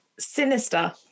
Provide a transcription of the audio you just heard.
Sinister